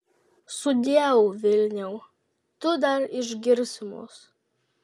sudieu vilniau tu dar išgirsi mus